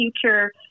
future